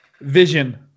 Vision